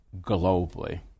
globally